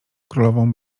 królową